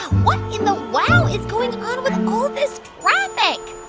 what in the wow is going on with all this traffic?